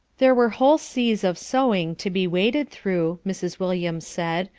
there were whole seas of sewing to be waded through, mrs. williams said,